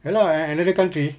ya lah an~ another country